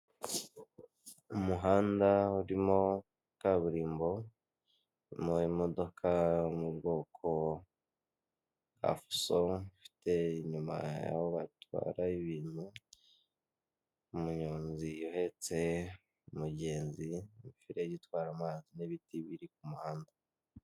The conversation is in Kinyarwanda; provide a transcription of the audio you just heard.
Umuhanda urimo kaburimbo urimo imodoka iri mubwoko bwa afuso ifite inyuma aho batwara ibintu, umunyonzi uhetse umugenzi n'afagitire itwara amazi n'ibiti biri kumuhanda.